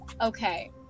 Okay